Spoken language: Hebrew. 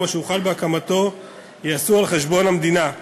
או שהוחל בהקמתו ייעשו על חשבון המדינה.